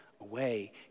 away